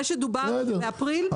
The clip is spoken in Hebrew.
מה שדובר באפריל --- בסדר,